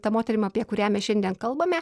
ta moterim apie kurią mes šiandien kalbame